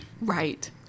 Right